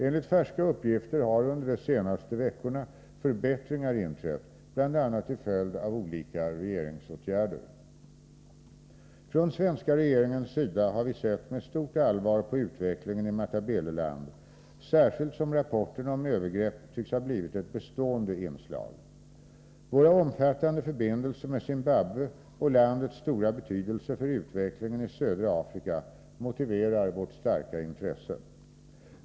Enligt färska uppgifter har under de senaste veckorna förbättringar inträtt bl.a. till följd av olika regeringsåtgärder. Från svenska regeringens sida har vi sett med stort allvar på utvecklingen i Matabeleland, särskilt som rapporterna om övergrepp tycks ha blivit ett bestående inslag. Våra omfattande förbindelser med Zimbabwe och landets stora betydelse för utvecklingen i södra Afrika motiverar vårt starka intresse.